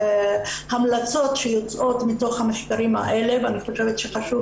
להמלצות שיוצאות מתוך המחקרים האלה ואני חושבת שחשוב